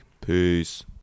Peace